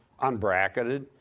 Unbracketed